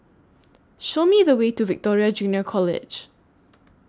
Show Me The Way to Victoria Junior College